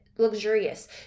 Luxurious